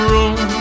Room